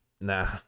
nah